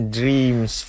dreams